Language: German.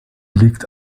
liegt